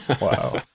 Wow